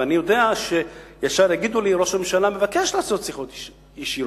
ואני יודע שישר יגידו לי: ראש הממשלה מבקש לעשות שיחות ישירות,